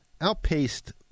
outpaced